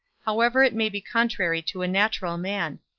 however it may be contrary to a natural man.